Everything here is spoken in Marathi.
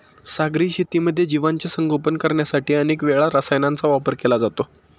सागरी शेतीमध्ये जीवांचे संगोपन करण्यासाठी अनेक वेळा रसायनांचा वापर केला जातो